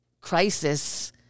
crisis